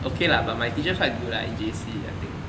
okay lah but my teacher quite good lah in J_C I think